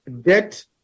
debt